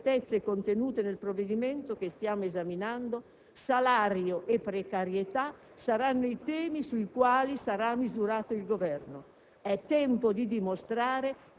Ancor di più, dopo le inadeguatezze contenute nel provvedimento che stiamo esaminando, salario e precarietà saranno i temi sui quali sarà misurato il Governo.